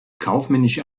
kaufmännische